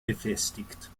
befestigt